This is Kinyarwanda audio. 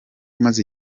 umaze